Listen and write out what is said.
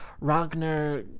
Ragnar